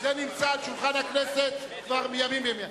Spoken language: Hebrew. זה נמצא על שולחן הכנסת כבר מימים ימימה.